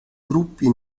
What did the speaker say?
gruppi